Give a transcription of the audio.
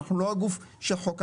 אנחנו לא הגוף שחוקק.